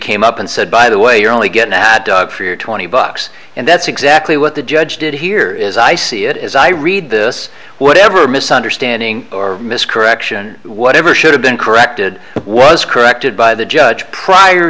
came up and said by the way you're only getting that twenty bucks and that's exactly what the judge did here is i see it as i read this whatever misunderstanding or mis correction whatever should have been corrected was corrected by the judge prior